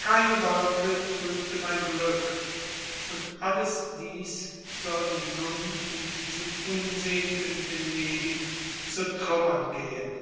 keine wolke trübte mein glück und alles dies soll mir nun in diesem unseligen venedig zu trümmern gehen